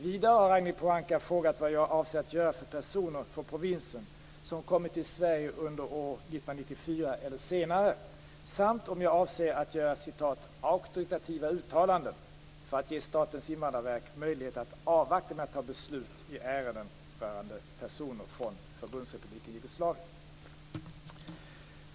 Vidare har Ragnhild Pohanka frågat vad jag avser att göra för personer från provinsen som kommit till Sverige under år 1994 eller senare, samt om jag avser att göra "auktoritativa uttalanden" för att ge Statens invandrarverk möjlighet att avvakta med att fatta beslut i ärenden rörande personer från Förbundsrepubliken Jugoslavien.